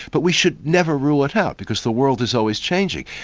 but we should never rule it out, because the world is always changing.